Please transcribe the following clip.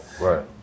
right